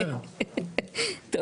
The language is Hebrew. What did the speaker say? כן מטי.